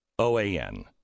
OAN